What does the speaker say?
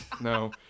No